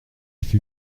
fût